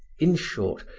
in short,